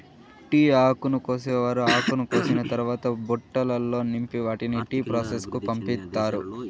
tea ఆకును కోసేవారు ఆకును కోసిన తరవాత బుట్టలల్లో నింపి వాటిని టీ ప్రాసెస్ కు పంపిత్తారు